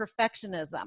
perfectionism